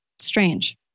Strange